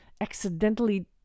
accidentally